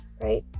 right